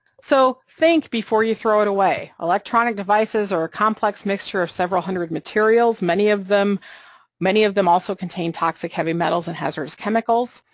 so think before you throw it away, electronic devices are a complex mixture of several hundred materials, many of them many of them also contain toxic heavy metals and hazardous chemicals,